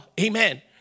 Amen